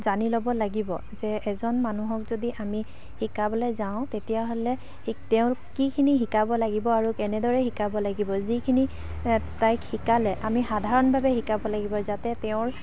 জানি ল'ব লাগিব যে এজন মানুহক যদি আমি শিকাবলৈ যাওঁ তেতিয়াহ'লে শিক তেওঁক কিখিনি শিকাব লাগিব আৰু কেনেদৰে শিকাব লাগিব যিখিনি তাইক শিকালে আমি সাধাৰণভাৱে শিকাব লাগিব যাতে তেওঁৰ